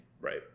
Right